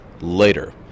later